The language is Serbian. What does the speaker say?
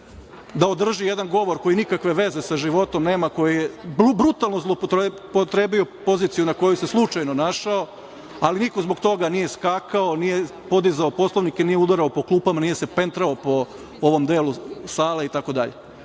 da održi jedan govor koji nikakve veze sa životom nema, koji je brutalno zloupotrebio poziciju na kojoj se slučajno našao, ali niko zbog toga nije skakao, nije podizao Poslovnik i nije udarao po klupama, nije se pentrao po ovom delu sale itd.34/2